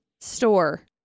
store